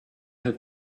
have